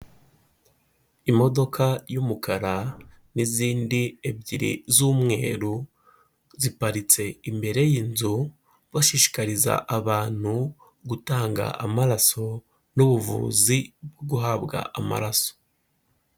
Imodoka y'umukara n'izindi ebyiri z'umweru ziparitse imbere y'inzu bashishikariza abantu gutanga amaraso n'ubuvuzi bwo guhabwa amaraso.